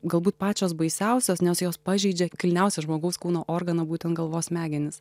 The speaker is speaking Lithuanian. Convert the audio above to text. galbūt pačios baisiausios nes jos pažeidžia kilniausią žmogaus kūno organą būtent galvos smegenis